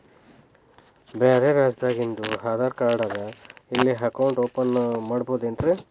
ಬ್ಯಾರೆ ರಾಜ್ಯಾದಾಗಿಂದು ಆಧಾರ್ ಕಾರ್ಡ್ ಅದಾ ಇಲ್ಲಿ ಅಕೌಂಟ್ ಓಪನ್ ಮಾಡಬೋದೇನ್ರಿ?